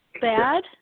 bad